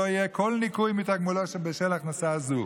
לא יהיה כל ניכוי מתגמולו בשל הכנסה זו.